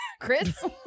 Chris